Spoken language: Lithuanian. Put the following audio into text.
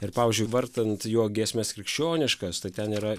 ir pavyzdžiui vartant jo giesmes krikščioniškas tai ten yra